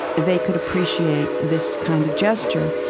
they could appreciate this kind of gesture.